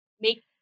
make